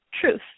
truth